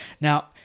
Now